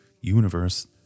universe